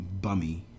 bummy